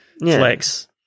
Flex